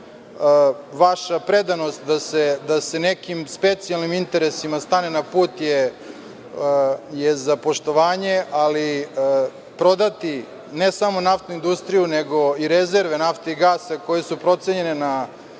vaša predanost da se nekim specijalnim interesima stane na put je za poštovanje, ali prodati ne samo naftnu industriju, nego i rezerve nafte i gasa koje su procenjene na